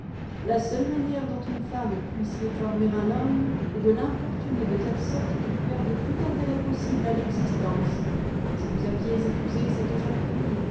la seule manière dont une femme puisse réformer un homme est de l'importuner de telle sorte qu'il perde tout intérêt possible à l'existence si vous aviez épousé cette jeune fdle